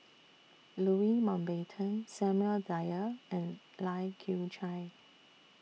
Louis Mountbatten Samuel Dyer and Lai Kew Chai